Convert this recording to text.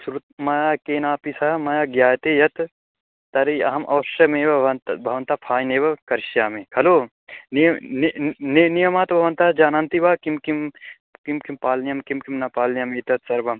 शृ मया केनापि सह मया ज्ञायते यत् तर्हि अहम् अवश्यमेव भवन्तः भवन्तः फैन् एव करिष्यामि खलु निय् नि नियमः तु भवन्तः जानन्ति वा किं किं किं किं पालनीयं किं किं न पालनीयम् एतत्सर्वम्